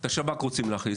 את השב"כ רוצים להכניס.